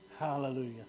Hallelujah